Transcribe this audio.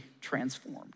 transformed